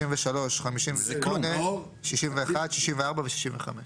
53, 58, 61, 64 ו-65.